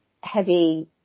heavy